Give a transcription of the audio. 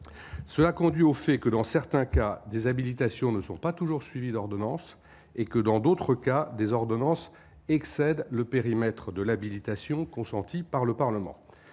Cela conduit au fait que dans certains cas des habilitations, ne sont pas toujours suivies d'ordonnance et que dans d'autres cas des ordonnances excède le périmètre de l'habilitation consentis par le Parlement,